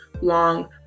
long